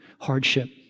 hardship